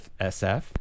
sf